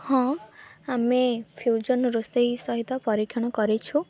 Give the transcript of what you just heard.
ହଁ ଆମେ ଫ୍ୟୁଜନ୍ ରୋଷେଇ ସହିତ ପରୀକ୍ଷଣ କରିଛୁ